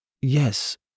yes